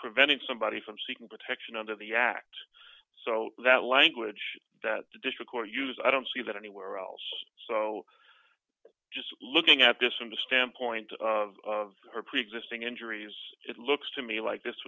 preventing somebody from seeking protection under the act so that language that the district court use i don't see that anywhere else so just looking at this from the standpoint of her preexisting injuries it looks to me like this